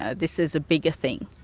ah this is a bigger thing.